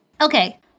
Okay